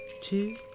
two